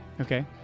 Okay